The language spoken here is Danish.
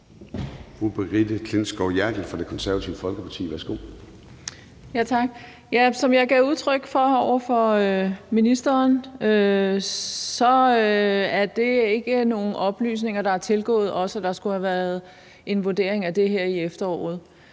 Som jeg gav udtryk for over for ministeren, er det ikke nogen oplysninger, der er tilgået os, at der skulle have været en vurdering af det her i efteråret.